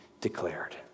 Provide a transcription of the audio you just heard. declared